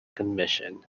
commission